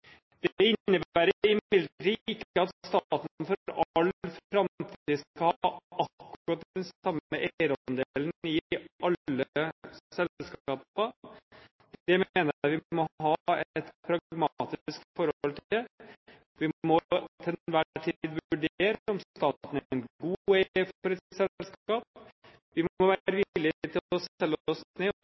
Det innebærer imidlertid ikke at staten for all framtid skal ha akkurat den samme eierandelen i alle selskapene. Dette mener jeg vi må ha et pragmatisk forhold til. Vi må til enhver tid vurdere om staten er en god eier for et selskap. Vi må være villige til å